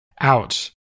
out